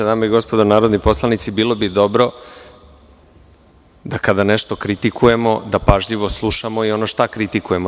Dame i gospodo narodni poslanici, bilo bi dobro da, kada nešto kritikujemo, pažljivo slušamo i ono šta kritikujemo.